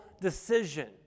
decision